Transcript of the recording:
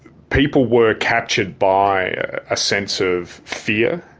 people were captured by a sense of fear.